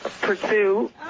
pursue